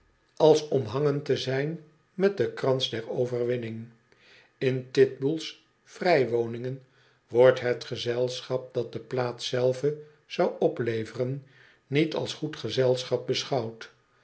als omhangen te zijn met den krans der overwinning in titbull's vrij woningen wordt het gezelschap dat de plaats zelve zou opleveren niet als goed gezelschap beschouwd